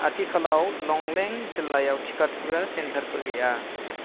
आथिखालाव लंलें जिल्लायाव टिका थुग्रा सेन्टारफोर गैया